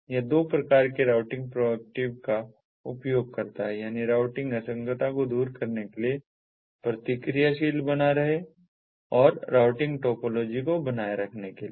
यह दो प्रकार के राउटिंग प्रोएक्टिव का उपयोग करता है यानी राउटिंग असंगतता को दूर करने के लिए प्रतिक्रियाशील बना रहे और राउटिंग टोपोलॉजी को बनाए रखने के लिए